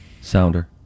Sounder